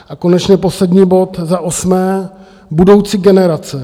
A konečně poslední bod za osmé budoucí generace.